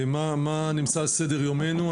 מה נמצא על סדר יומנו?